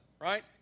right